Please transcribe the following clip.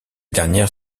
dernières